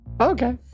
Okay